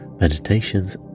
meditations